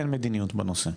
אין מדיניות בנושא.